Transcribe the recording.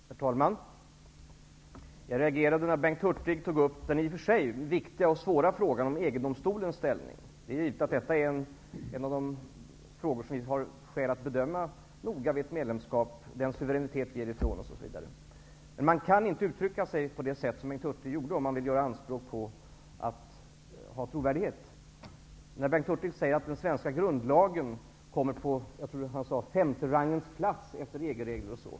Herr talman! Jag reagerade när Bengt Hurtig tog upp den i och för sig viktiga och svåra frågan om EG-domstolens ställning. Det är givet att den är en av de frågor som vi vid ett medlemskap har skäl att noga bedöma. Det gäller bl.a. den suveränitet som vi ger ifrån oss. Men man kan inte uttrycka sig på det sätt som Bengt Hurtig uttryckte sig på, om man vill göra anspråk på trovärdighet. Bengt Hurtig säger att den svenska grundlagen kommer på, om jag minns rätt, femte plats i rangordningen efter EG-regler o.d.